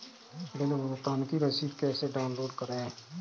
Bill भुगतान की रसीद कैसे डाउनलोड करें?